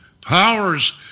powers